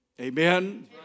Amen